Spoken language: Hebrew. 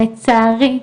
לצערי,